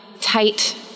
tight